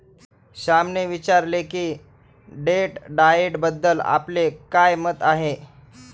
श्यामने विचारले की डेट डाएटबद्दल आपले काय मत आहे?